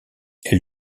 elle